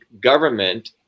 government